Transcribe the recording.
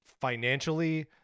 financially